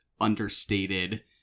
understated